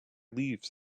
leaves